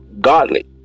godly